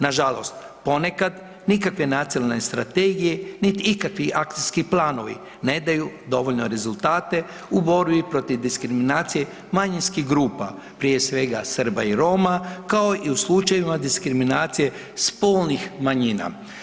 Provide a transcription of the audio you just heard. Nažalost ponekad nikakve nacionalne strategije niti ikakvi akcijski planovi ne daju dovoljno rezultate u borbi protiv diskriminacije manjinskih grupa, prije svega Srba i Roma, kao i u slučajevima diskriminacije spolnih manjina.